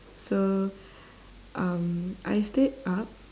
so um I stayed up